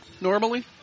normally